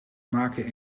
maken